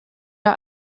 der